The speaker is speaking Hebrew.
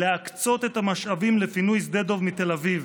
להקצות את המשאבים לפינוי שדה דב מתל אביב.